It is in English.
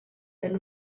and